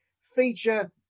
feature